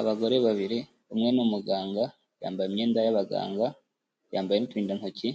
Abagore babiri umwe ni umuganga, yambaye imyenda y'abaganga, yambaye uturindantoki